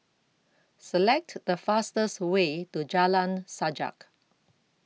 Select The fastest Way to Jalan Sajak